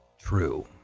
true